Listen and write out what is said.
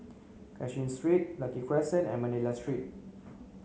Cashin Street Lucky Crescent and Manila Street